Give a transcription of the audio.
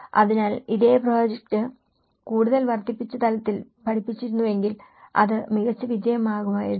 അതിനാൽ ഇതേ പ്രോജക്റ്റ് കൂടുതൽ വർദ്ധിപ്പിച്ച തലത്തിൽ പഠിപ്പിച്ചിരുന്നെങ്കിൽ അത് മികച്ച വിജയമാകുമായിരുന്നു